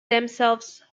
themselves